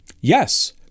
yes